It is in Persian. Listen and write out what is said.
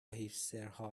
هیپسترها